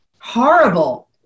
horrible